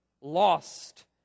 lost